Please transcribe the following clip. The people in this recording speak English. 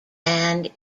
band